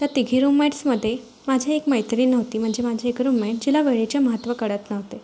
त्या तिघी रूममेट्समध्ये माझी एक मैत्रीण होती म्हणजे माझी एक रूममेट जिला वेळेचे महत्त्व कळत नव्हते